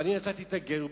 ונתתי את הגט,